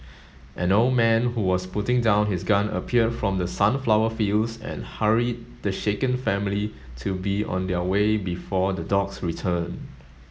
an old man who was putting down his gun appeared from the sunflower fields and hurried the shaken family to be on their way before the dogs return